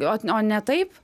ot o ne taip